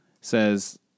says